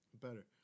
Better